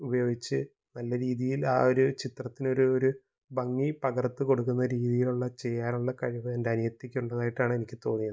ഉപയോഗിച്ച് നല്ല രീതിയിൽ ആ ഒരു ചിത്രത്തിനൊരു ഭംഗി പകർത്ത് കൊടുക്കുന്ന രീതിയിലുള്ള ചെയ്യാറുള്ള കഴിവ് എൻ്റനിയത്തിക്കുള്ളതായിട്ടാണെനിക്ക് തോന്നിയത്